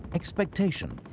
expectation,